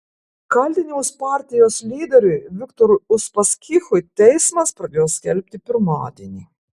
kaltinimus partijos lyderiui viktorui uspaskichui teismas pradėjo skelbti pirmadienį